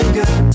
good